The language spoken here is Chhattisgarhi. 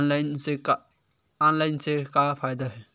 ऑनलाइन से का फ़ायदा हे?